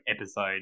episode